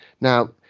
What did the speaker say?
Now